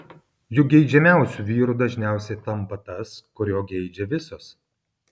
juk geidžiamiausiu vyru dažniausiai tampa tas kurio geidžia visos